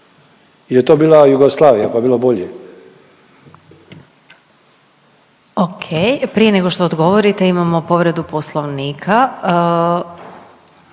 je to bila Jugoslavija pa je bilo bolje?